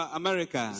america